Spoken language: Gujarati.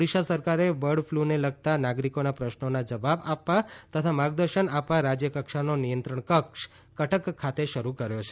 ઓડિશા સરકારે બર્ડ ફલુને લગતાં નાગરીકોનાં પ્રશ્રોનાં જવાબ આપવા તથા માર્ગદર્શન આપવા રાજ્ય કક્ષાનો નિયંત્રણ કક્ષ કટક ખાતે શરૂ કર્યો છે